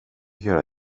göra